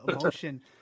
emotion